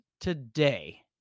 today